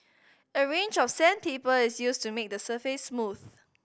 a range of sandpaper is used to make the surface smooth